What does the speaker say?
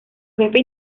jefe